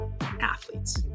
athletes